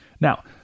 Now